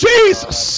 Jesus